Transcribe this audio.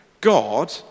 God